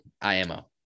IMO